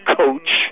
coach